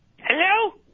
Hello